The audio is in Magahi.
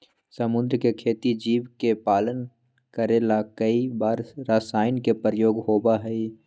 समुद्र के खेती जीव के पालन करे ला कई बार रसायन के प्रयोग होबा हई